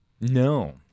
No